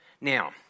Now